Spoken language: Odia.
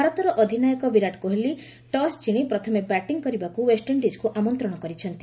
ଭାରତର ଅଧିନାୟକ ବିରାଟ କୋହଲି ଟସ୍ ଜିଣି ପ୍ରଥମେ ବ୍ୟାଟିଂ କରିବାକୁ ୱେଷ୍ଟଇଣ୍ଡିଜ୍କୁ ଆମନ୍ତ୍ରଣ କରିଛନ୍ତି